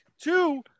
Two